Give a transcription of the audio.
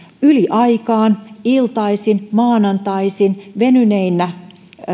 yliaikaan iltaisin maanantaisin venyneinä